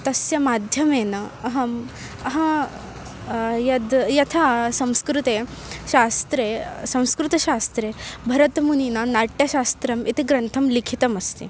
तस्य माध्यमेन अहम् अहं यद् यथा संस्कृते शास्त्रे संस्कृतशास्त्रे भरतमुनिना नाट्यशास्त्रम् इति ग्रन्थः लिखितः अस्ति